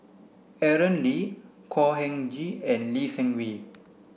Aaron Lee Khor Ean Ghee and Lee Seng Wee